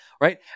right